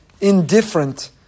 indifferent